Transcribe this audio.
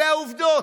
אלה העובדות.